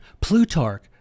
Plutarch